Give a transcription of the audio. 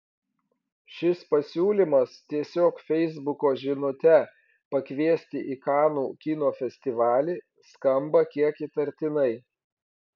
šis pasiūlymas tiesiog feisbuko žinute pakviesti į kanų kino festivalį skamba kiek įtartinai